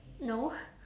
no